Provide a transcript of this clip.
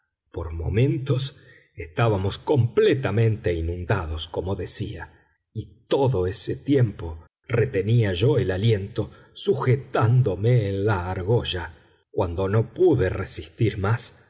por momentos estábamos completamente inundados como decía y todo ese tiempo retenía yo el aliento sujetándome en la argolla cuando no pude resistir más